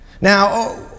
Now